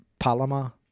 palama